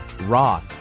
Raw